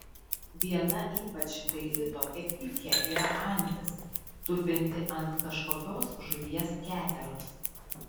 viena ypač daili tokia pypkė yra antis tupinti ant kažkokios žuvies keteros